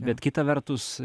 bet kita vertus